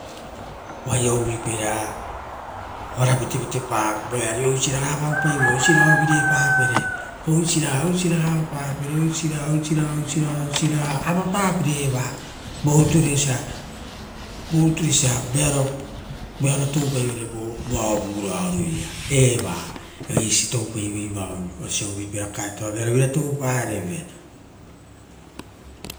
Oaia uvuipaira oisiraga ora vatevate papere oisiraga ovirepapere, oisiraga, oisiraga, vari oisiraga, oisiraga, oisiraga avapapere eva voru ture osa vearoa toupai vere vo voao varaoia era oira oisi toupaivoi eva osi uvupara kakaeto vearovira toupareve.